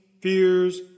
fears